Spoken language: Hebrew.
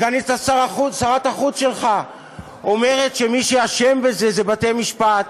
סגנית שר החוץ שלך אומרת שמי שאשם בזה זה בתי-משפט.